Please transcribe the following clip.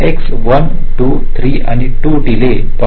x 1 2 2 आणि 2 डीले पहा